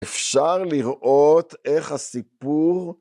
אפשר לראות איך הסיפור...